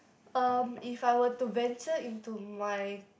um if I were to venture into my